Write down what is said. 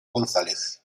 gonzález